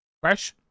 Fresh